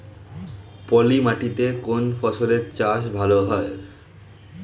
পলি মাটিতে কোন ফসলের চাষ ভালো হয়?